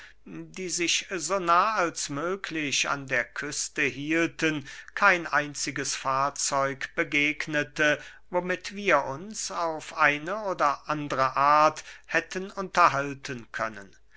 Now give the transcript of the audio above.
die sich so nah als möglich an der küste hielten kein einziges fahrzeug begegnete womit wir uns auf eine oder andre art hätten unterhalten können